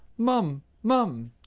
mum, mum,